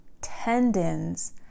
tendons